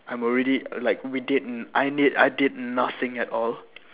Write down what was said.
I'm already like we did I did I did nothing at all